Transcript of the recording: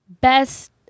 Best